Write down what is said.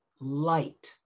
light